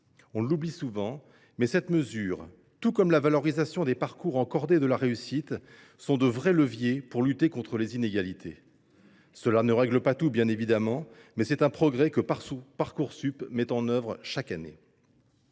On l’oublie souvent, mais cette mesure, tout comme la valorisation des parcours en cordées de la réussite, est un vrai levier pour lutter contre les inégalités. Cela ne règle pas tout, bien évidemment, mais c’est un progrès que Parcoursup concrétise chaque année.